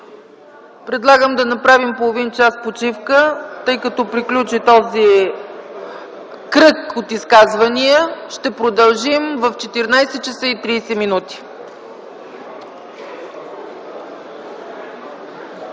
Подлагам да направим половин час почивка, тъй като приключи този кръг от изказвания. Ще продължим в 14,30 ч.